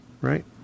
right